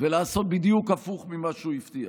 ולעשות בדיוק הפוך ממה שהוא הבטיח.